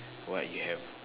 what you have